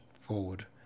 forward